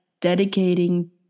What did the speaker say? dedicating